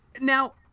Now